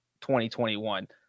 2021